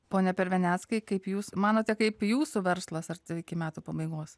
pone perveneckai kaip jūs manote kaip jūsų verslas ar iki metų pabaigos